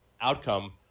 outcome